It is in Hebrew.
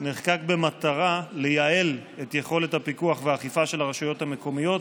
נחקק במטרה לייעל את יכולת הפיקוח והאכיפה של הרשויות המקומיות